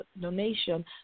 donation